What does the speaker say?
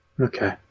Okay